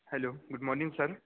hello good morning sir